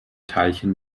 teilchen